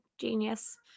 Genius